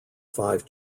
five